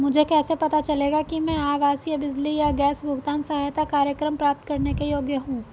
मुझे कैसे पता चलेगा कि मैं आवासीय बिजली या गैस भुगतान सहायता कार्यक्रम प्राप्त करने के योग्य हूँ?